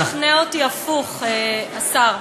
הצלחת לשכנע אותי הפוך, השר.